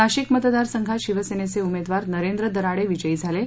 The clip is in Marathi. नाशिक मतदार संघात शिवसेनेचे उमेदवार नरेंद्र दराडे विजयी झाले आहेत